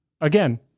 again